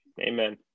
Amen